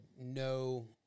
no